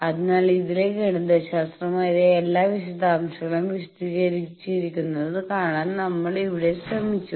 അതിനാൽ ഇതിലെ ഗണിതശാസ്ത്രപരമായ എല്ലാ വിശദാംശങ്ങളും വിശദീകരിച്ചിരിക്കുന്നത് കാണാൻ നമ്മൾ ഇവിടെ ശ്രമിച്ചു